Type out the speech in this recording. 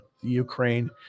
Ukraine